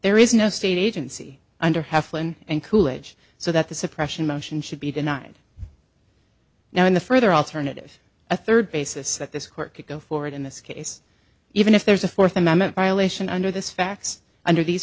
there is no state agency under heflin and coolidge so that the suppression motion should be denied now in the further alternative a third basis that this court could go forward in this case even if there's a fourth amendment violation under this fax under these